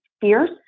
fierce